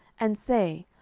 and say,